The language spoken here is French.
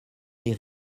lès